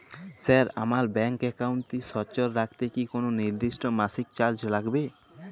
Sir আমার bank একাউন্টটি সচল রাখতে কি কোনো নির্দিষ্ট মাসিক চার্জ লাগবে?